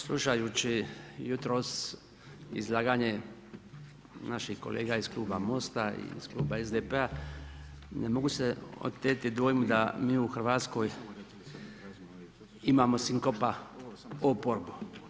Slušajući jutros izlaganje naših kolega iz kluba MOST-a i iz kluba SDP-a ne mogu se oteti dojmu da mi u Hrvatskoj imamo sinkopa oporbu.